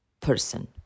person